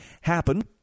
happen